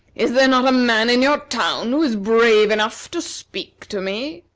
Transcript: is there not a man in your town who is brave enough to speak to me?